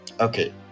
okay